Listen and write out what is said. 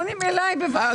פונים אליי בבקשות.